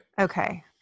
Okay